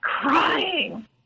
crying